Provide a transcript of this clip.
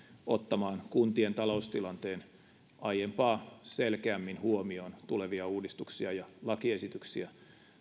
ottamaan kuntien taloustilanteen aiempaa selkeämmin huomioon tulevia uudistuksia ja lakiesityksiä